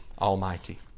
Almighty